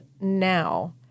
now